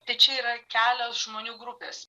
tai čia yra kelios žmonių grupės